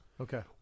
Okay